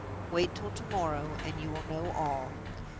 wait till to-morrow, and you will know all.